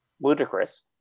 Ludicrous